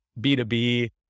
B2B